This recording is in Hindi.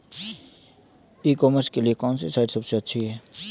ई कॉमर्स के लिए कौनसी साइट सबसे अच्छी है?